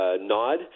nod